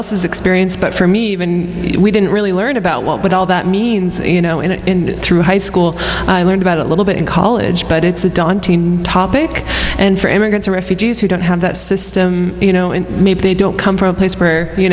else's experience but for me even we didn't really learn about what all that means you know and through high school i learned about a little bit in college but it's a daunting topic and for immigrants or refugees who don't have that system you know and maybe they don't come from a place where you